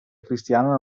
cristiana